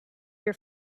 your